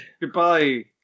Goodbye